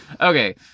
Okay